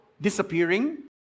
disappearing